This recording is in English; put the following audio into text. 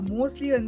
Mostly